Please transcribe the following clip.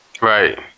right